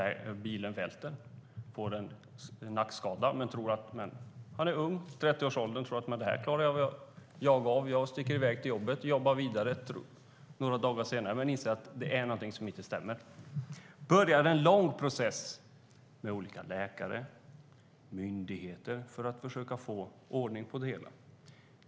Bilen välter, och Pyry får en nackskada. Men eftersom han är ung, i 30-årsåldern, tror han att han klarar av det och sticker i väg till jobbet. Han jobbar vidare men inser några dagar senare att det är någonting som inte stämmer. Då börjar en lång process med olika läkare och myndigheter för att försöka få ordning på det hela.